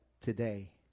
today